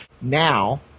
Now